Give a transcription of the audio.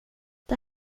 det